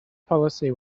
policy